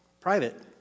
private